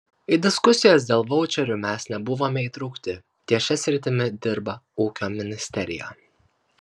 į diskusijas dėl vaučerių mes nebuvome įtraukti ties šia sritimi dirba ūkio ministerija